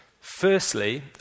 Firstly